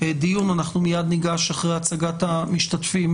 אחרי הצגת המשתתפים,